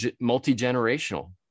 multi-generational